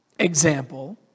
Example